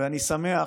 ואני שמח